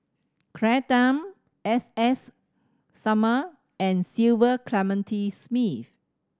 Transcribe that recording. Claire Tham S S Sarma and Cecil Clementi Smith